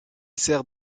sert